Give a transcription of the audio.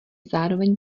zároveň